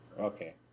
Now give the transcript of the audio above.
Okay